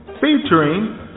featuring